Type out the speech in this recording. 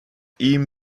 ihm